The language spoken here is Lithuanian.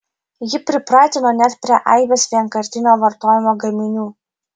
ji pripratino net prie aibės vienkartinio vartojimo gaminių